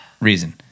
reason